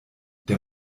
der